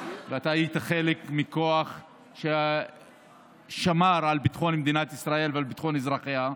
ואתה היית חלק מכוח ששמר על ביטחון מדינת ישראל ועל ביטחון אזרחיה,